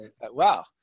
wow